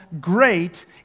great